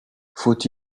faut